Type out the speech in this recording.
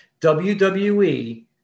WWE